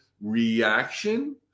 reaction